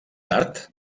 tard